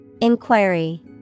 Inquiry